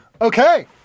Okay